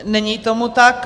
Není tomu tak.